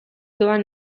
doan